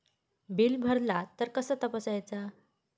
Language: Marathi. बिल भरला तर कसा तपसायचा?